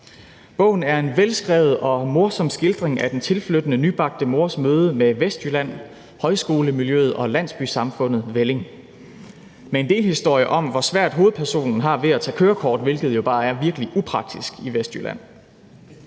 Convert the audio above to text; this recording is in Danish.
Bogen er en velskrevet og morsom skildring af den tilflyttende nybagte mors møde med Vestjylland, højskolemiljøet og landsbysamfundet Velling med en delhistorie om, hvor svært hovedpersonen har ved at tage kørekort, hvilket jo bare er virkelig upraktisk i Vestjylland.